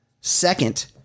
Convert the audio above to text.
Second